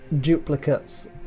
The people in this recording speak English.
duplicates